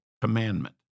commandment